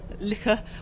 liquor